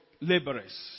laborers